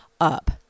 up